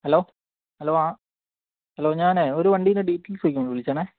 hello hello ആ hello ഞാനേ ഒരു വണ്ടീൻ്റെ ഡീറ്റെയിൽസ് ചോദിക്കാൻ വേണ്ടി വിളിച്ചതാണേ